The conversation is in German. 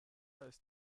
ist